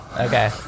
Okay